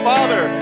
Father